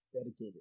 Dedicated